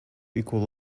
equal